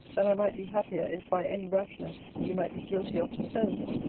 that i might be happier, if, by any rashness he might be guilty of to solmes,